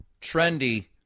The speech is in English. trendy